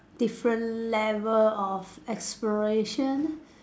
different level of expression